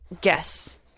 Guess